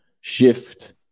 shift